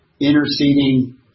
interceding